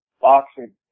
boxing